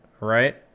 right